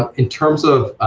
um in terms of,